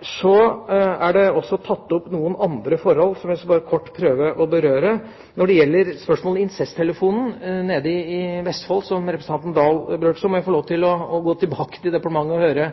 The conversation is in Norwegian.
Så er det også tatt opp noen andre forhold, som jeg bare kort skal prøve å berøre. Når det gjelder spørsmålet om incesttelefonen i Vestfold, som representanten Oktay Dahl berørte, må jeg få lov til å gå tilbake til departementet og høre